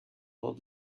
dans